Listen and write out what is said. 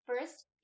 First